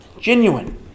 genuine